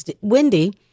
windy